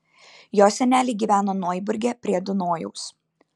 jo seneliai gyvena noiburge prie dunojaus